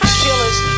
killers